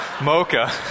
mocha